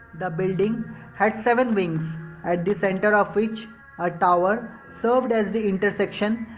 the building had seven wings at the center of which a tower serves as the intersection,